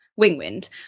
Wingwind